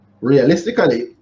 Realistically